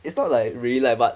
it's not like really like but